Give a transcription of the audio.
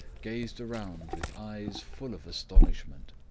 gazed around with eyes full of astonishment.